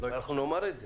אנחנו נאמר את זה.